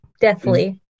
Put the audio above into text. deathly